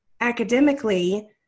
academically